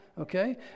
Okay